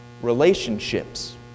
relationships